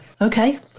Okay